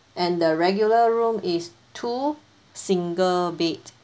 and the regular room is two single bed